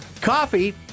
Coffee